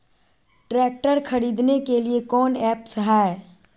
Tractor खरीदने के लिए कौन ऐप्स हाय?